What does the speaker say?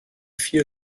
vier